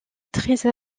très